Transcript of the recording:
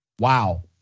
Wow